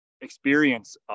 experience